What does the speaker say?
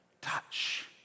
touch